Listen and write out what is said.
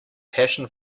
passion